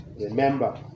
remember